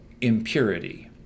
impurity